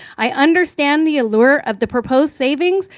i understand the allure of the proposed savings,